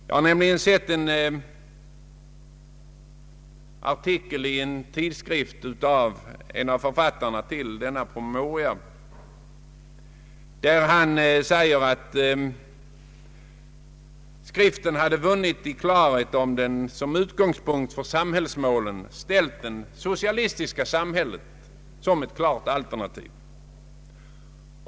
Jag har nämligen sett en artikel i en tidskrift av en av författarna till denna promemoria, där han säger att skriften hade vunnit i klarhet om den som utgångspunkt när det gäller samhällsmålen hade ställt det socialistiska samhället som ett klart alternativ.